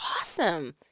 Awesome